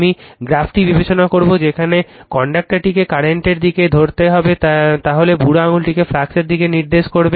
আমি গ্রাফটি বিবেচনা করবো যেখানে কনডাক্টারটিকে কারেন্টের দিকে ধরতে হবে তাহলে বুড়ো আঙ্গুলটি ফ্লাক্সের দিক নির্দেশ করবে